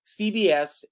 CBS